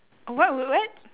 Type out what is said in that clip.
what what what